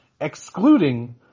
excluding –